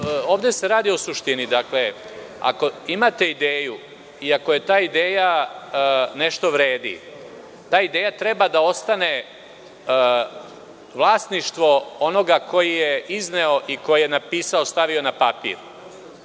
Ovde se radi o suštini. Dakle, ako imate ideju i ako ta ideja nešto vredi, ta ideja treba da ostane vlasništvo onoga ko je izneo i ko je napisao, stavio na papir.